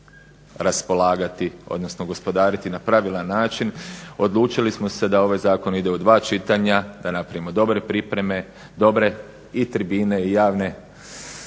raspolagati, odnosno gospodariti na pravilan način odlučili smo se da ovaj zakon ide u dva čitanja, da napravimo dobre pripreme, dobre i tribine i javne